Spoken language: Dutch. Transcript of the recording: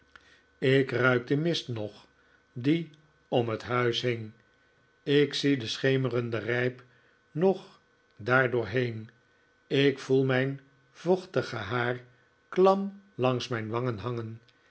ik ruik den mist nog die om het huis hing ik zie den schemerenden rijp nog daardoor heen ik voel mijn vochtige haar klam langs mijn wangen hangen